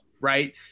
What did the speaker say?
right